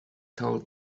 told